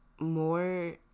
more